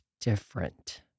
different